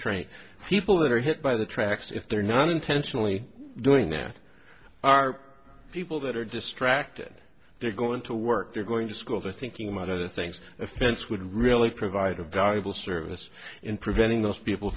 train people that are hit by the tracks if they're not intentionally doing that are people that are distracted they're going to work they're going to schools are thinking about other things a fence would really provide a valuable service in preventing those people